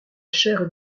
chair